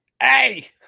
hey